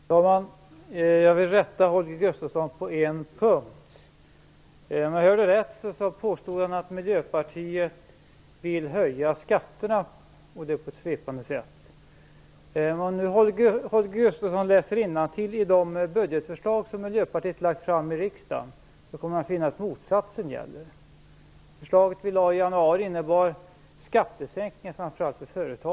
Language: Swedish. Fru talman! Jag vill rätta Holger Gustafsson på en punkt. Om jag hörde rätt påstod han på ett svepande sätt att Miljöpartiet vill höja skatterna. Om Holger Gustafsson läser innantill i de budgetförslag som Miljöpartiet lagt fram i riksdagen, kommer han att finna att motsatsen gäller. Det förslag som vi lade fram i januari innebar skattesänkningar, framför allt för företag.